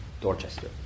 Dorchester